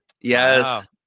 yes